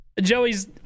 joey's